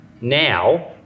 Now